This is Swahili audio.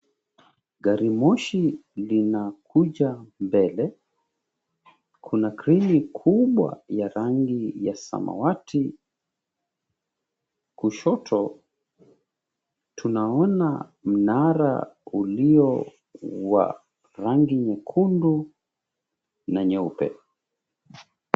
Gari moshi linakuja mbele, kuna kreni kubwa ya rangi ya samawati, kushoto tunaona mnara ulio wa rangi nyekundu na nyeupe.